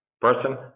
person